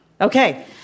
Okay